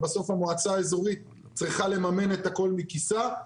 ובסוף המועצה האזורית צריכה לממן את הכל מכיסה.